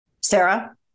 Sarah